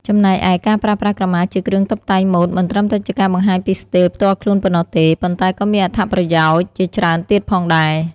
ចំណែកឯ ការប្រើប្រាស់ក្រមាជាគ្រឿងតុបតែងម៉ូដមិនត្រឹមតែជាការបង្ហាញពីស្ទីលផ្ទាល់ខ្លួនប៉ុណ្ណោះទេ ប៉ុន្តែក៏មានអត្ថប្រយោជន៍ជាច្រើនទៀតផងដែរ។